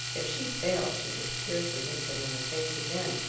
if she failed she could scarcely look them in the face again.